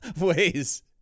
ways